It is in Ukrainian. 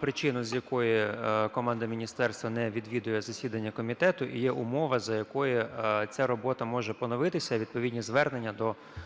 причину, з якої команда міністерства не відвідує засідання комітету. Є умова, за якої ця робота може поновитися. Відповідні звернення до Голови